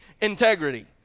integrity